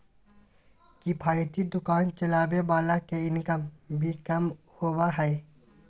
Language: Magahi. किफायती दुकान चलावे वाला के इनकम भी कम होबा हइ